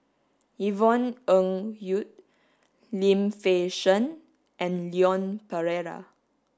Yvonne Ng Uhde Lim Fei Shen and Leon Perera